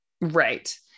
Right